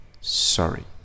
sorry